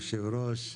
אדוני היושב-ראש,